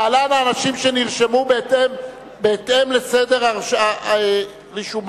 להלן האנשים שנרשמו בהתאם לסדר רישומם: